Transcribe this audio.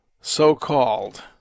so-called